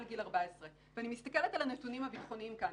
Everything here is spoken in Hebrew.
גיל 14. אני מסתכלת על הנתונים הביטחוניים כאן,